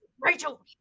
Rachel